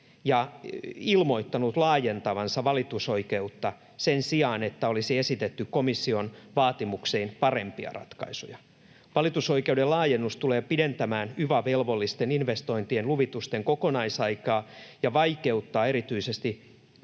ja ilmoittanut laajentavansa valitusoikeutta sen sijaan, että olisi esitetty komission vaatimuksiin parempia ratkaisuja. ”Valitusoikeuden laajennus tulee pidentämään yva-velvollisten investointien luvitusten kokonaisaikaa ja vaikeuttaa erityisesti